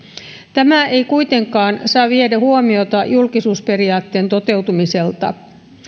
tämä ei kuitenkaan saa viedä huomiota julkisuusperiaatteen toteutumiselta